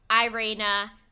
Irina